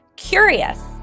Curious